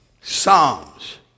Psalms